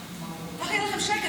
ככה יהיה לכם שקט.